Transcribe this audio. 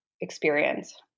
experience